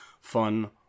fun